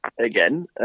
again